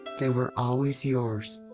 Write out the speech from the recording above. they were always yours.